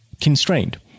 constrained